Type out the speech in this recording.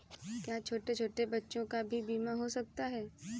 क्या छोटे छोटे बच्चों का भी बीमा हो सकता है?